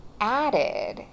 added